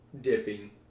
dipping